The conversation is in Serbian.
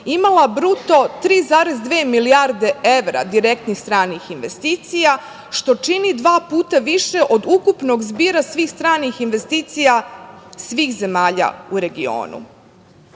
imala bruto 3,2 milijarde evra direktnih stranih investicija, što čini dva puta više od ukupnog zbira svih stranih investicija, svih zemalja u regionu. Srbija